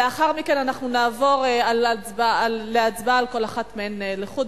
לאחר מכן אנחנו נעבור להצבעה על כל אחת מהן לחוד.